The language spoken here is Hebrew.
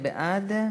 מי בעד?